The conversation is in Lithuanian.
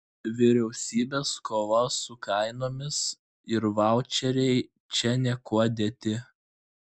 vyriausybės kova su kainomis ir vaučeriai čia niekuo dėti